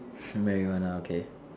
Marijuna okay